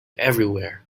everywhere